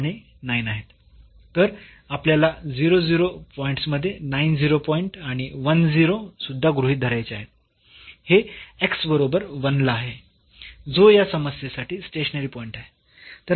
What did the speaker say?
तर आपल्याला पॉईंट्स मध्ये पॉईंट आणि सुद्धा गृहीत धरायचे आहेत हे बरोबर 1 ला आहे जो या समस्येसाठी स्टेशनरी पॉईंट आहे